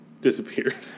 disappeared